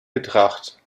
betracht